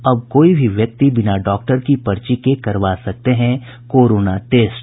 अब कोई भी व्यक्ति बिना डॉक्टर की पर्ची के करवा सकते हैं कोरोना टेस्ट